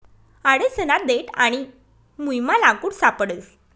आडसना देठ आणि मुयमा लाकूड सापडस